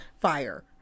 fire